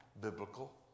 biblical